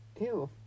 Ew